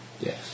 yes